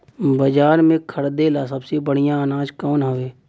बाजार में खरदे ला सबसे बढ़ियां अनाज कवन हवे?